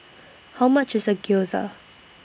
How much IS Gyoza